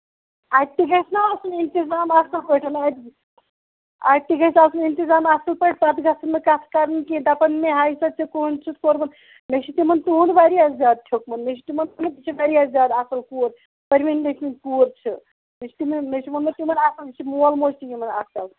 اَتہِ تہِ گژھِ نہ آسُن اِنتِظام اَصٕل پٲٹھۍ اَتہِ تہِ گژھِ آسُن اِنتِظام اَصٕل پٲٹھۍ پَتہٕ گژھن نہٕ کَتھٕ کرٕنۍ کیٚنہہ دَپن مےٚ ہاے سۄ ژےٚ کٕہٕنٛدِ چھُکھ کوٚرمُت مےٚ چھُ تِمن تُہُند واریاہ زیادٕ تھوٮ۪کمُت مےٚ چھُ تِمن ووٚنمُت یہِ چھِ واریاہ زیادٕ اَصٕل کوٗر پٔرؤنۍ لٮ۪کھؤنۍ کوٗر چھِ مےٚ چھُ تِمن مےٚ چھُ ووٚنمُت تِمن اَصٕل یہِ چھُ مول موج تہِ یِمن اَصٕل